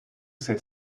stay